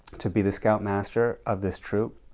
to be the scoutmaster of this troop,